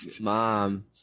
mom